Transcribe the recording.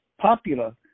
popular